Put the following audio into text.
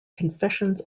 confessions